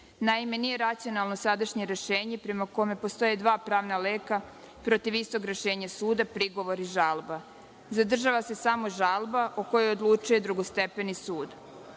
Naime, nije racionalno sadašnje rešenje, prema kome postoje dva pravna leka protiv istog rešenja suda – prigovor i žalba. Zadržava se samo žalba, o kojoj odlučuje drugostepeni